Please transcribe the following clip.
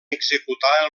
executar